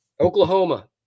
Oklahoma